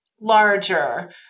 larger